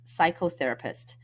psychotherapist